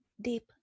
deep